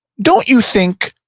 don't you think?